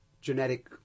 genetic